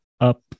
up